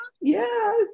Yes